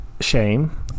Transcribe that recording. Shame